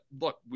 look